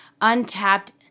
untapped